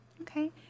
Okay